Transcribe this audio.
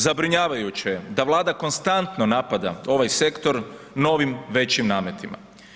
Zabrinjavajuće se da Vlada konstantno napada ovaj sektor novim većim nametima.